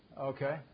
Okay